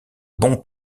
bon